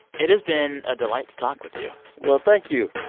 it has been a delight to talk with you well, thank you